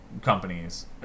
companies